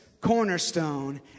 cornerstone